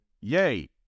yay